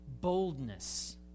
boldness